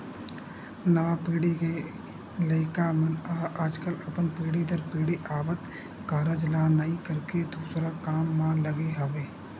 नवा पीढ़ी के लइका मन ह आजकल अपन पीढ़ी दर पीढ़ी आवत कारज ल नइ करके दूसर काम म लगे हवय